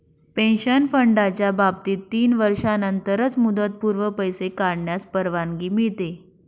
pension फंडाच्या बाबतीत तीन वर्षांनंतरच मुदतपूर्व पैसे काढण्यास परवानगी मिळते